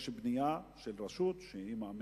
יש בנייה של רשות שמאמינה